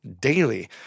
daily